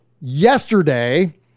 yesterday